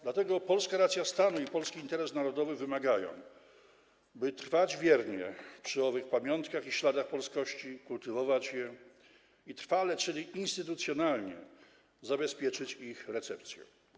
Dlatego polska racja stanu i polski interes narodowy wymagają, by trwać wiernie przy owych pamiątkach i śladach polskości, kultywować je i trwale, czyli instytucjonalnie, zabezpieczyć ich recepcję.